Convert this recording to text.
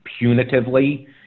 punitively